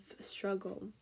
struggle